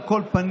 על כל פנים,